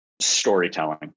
storytelling